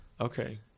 Okay